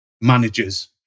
managers